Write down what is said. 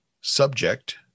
subject